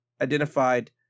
identified